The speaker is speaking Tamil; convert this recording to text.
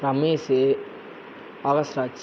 ரமேஷ் ராஜ்